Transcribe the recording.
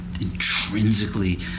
intrinsically